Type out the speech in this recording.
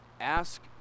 ask